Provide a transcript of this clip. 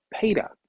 Peter